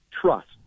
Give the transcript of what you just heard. trust